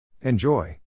Enjoy